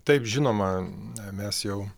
taip žinoma mes jau